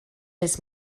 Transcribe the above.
his